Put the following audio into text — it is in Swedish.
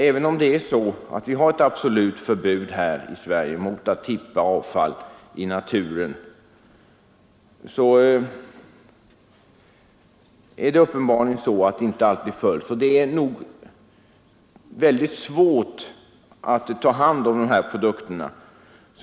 Även om vi här i Sverige har ett absolut förbud mot att tippa avfall i naturen, så följs det inte alltid; det är väldigt svårt att ta hand om sådana produkter.